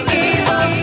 evil